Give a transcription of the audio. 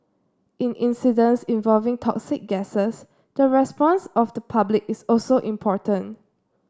in incidents involving toxic gases the response of the public is also important